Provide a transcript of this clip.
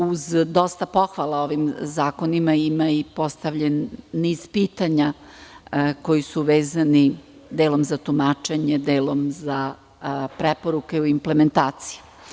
Uz dosta pohvala ovim zakonima, imamo niz postavljenih pitanja koja su vezana delom za tumačenje, delom za preporuke o implementaciji.